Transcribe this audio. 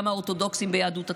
גם האורתודוקסים ביהדות התפוצות,